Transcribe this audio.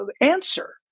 answer